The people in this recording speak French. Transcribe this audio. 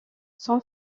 son